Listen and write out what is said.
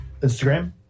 Instagram